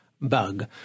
bug